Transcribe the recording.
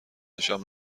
نشان